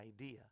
idea